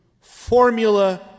formula